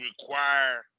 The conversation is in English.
require